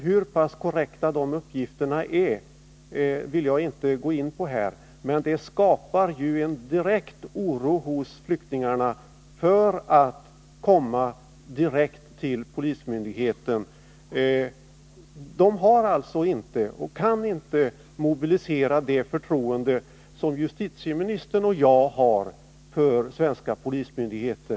Jag vill här inte gå in på frågan om hur pass korrekta dessa uppgifter är, men det skapas ju en rädsla bland flyktingarna att direkt vända sig till polismyndigheten. Flyktingarna kan inte mobilisera det förtroende som justitieministern och jag har för svenska polismyndigheter.